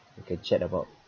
we can chat about